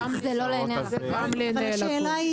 --- זה גם לעיני הלקוח.